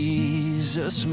Jesus